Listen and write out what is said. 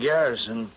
Garrison